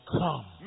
come